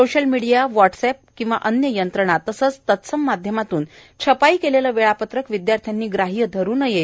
social media WhatsApp अन्य यंत्रणा किंवा तत्सम माध्यमातून छपाई केलेले वेळापत्रक विद्यार्थ्यांनी ग्राहय धरू नये